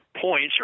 points